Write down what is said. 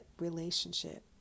relationship